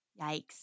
Yikes